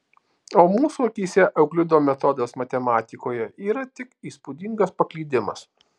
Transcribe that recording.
o mūsų akyse euklido metodas matematikoje yra tik įspūdingas paklydimas